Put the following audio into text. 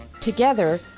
Together